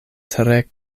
tre